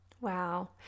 Wow